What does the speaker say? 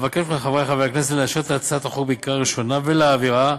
אבקש מחברי הכנסת לאשר את הצעת החוק בקריאה ראשונה ולהעבירה